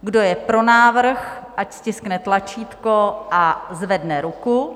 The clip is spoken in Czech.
Kdo je pro návrh, ať stiskne tlačítko a zvedne ruku.